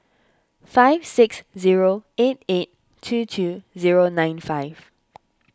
five six zero eight eight two two zero nine five